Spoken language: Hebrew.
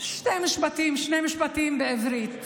שני משפטים בעברית.